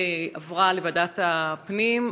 היא עברה לוועדת הפנים,